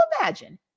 imagine